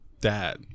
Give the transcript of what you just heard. Dad